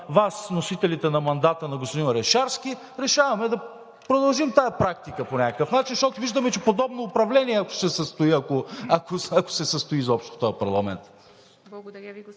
Вас – носителите на мандата на господин Орешарски, решаваме да продължим тази практика по някакъв начин, защото виждаме – подобно управление, ако се състои изобщо този парламент.